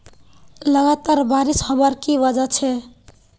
लगातार बारिश होबार की वजह छे?